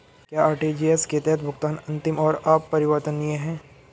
क्या आर.टी.जी.एस के तहत भुगतान अंतिम और अपरिवर्तनीय है?